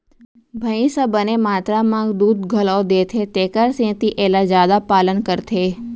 भईंस ह बने मातरा म दूद घलौ देथे तेकर सेती एला जादा पालन करथे